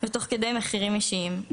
ותוך כדי מחירים אישיים.